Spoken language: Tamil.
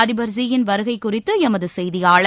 அதிபர் ஸீ யின் வருகை குறித்து எமது செய்தியாளர்